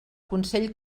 consell